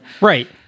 right